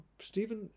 Stephen